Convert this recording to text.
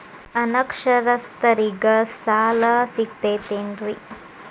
ಅನಕ್ಷರಸ್ಥರಿಗ ಸಾಲ ಸಿಗತೈತೇನ್ರಿ?